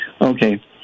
Okay